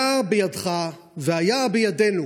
היה בידך והיה בידינו,